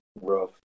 rough